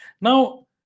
Now